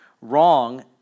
wrong